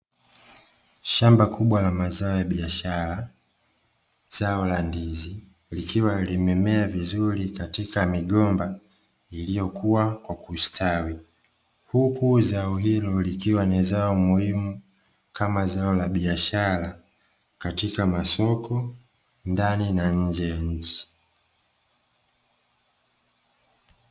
Shamba kubwa la mazao ya biashara zao la ndizi likiwa limemea vizuri katika migomba iliyokuwa kwa kustawi, huku zao hilo likiwa ni zao muhimu kama zao la biashara katika masoko ndani na nje ya nchi.